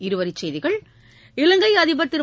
இருவரிச் செய்திகள் இலங்கை அதிபர் திரு